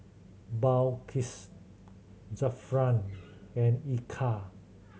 Balqis Zafran and Eka